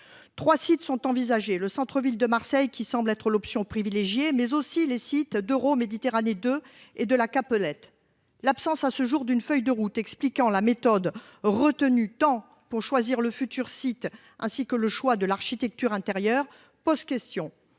3 sites sont envisagés le centre-ville de Marseille qui semble être l'option privilégiée mais aussi les sites d'euro Méditerranée de et de La Capelette. L'absence à ce jour d'une feuille de route expliquant la méthode retenue tant pour choisir le futur site ainsi que le choix de l'architecture intérieure pose question